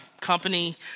company